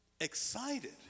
excited